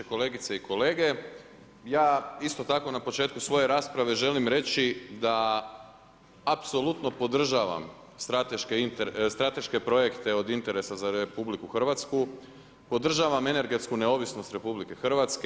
Kolegice i kolege, ja isto tako na početku svoje rasprave želim reći da apsolutno podržavam strateške projekte od interesa za RH, podržavam energetsku neovisnost RH.